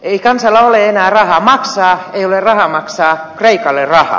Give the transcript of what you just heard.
ei kansalla ole enää maksaa ei ole rahaa maksaa kreikalle rahaa